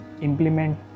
implement